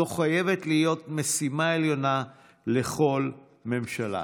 זו חייבת להיות משימה עליונה של כל ממשלה.